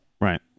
Right